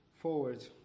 forward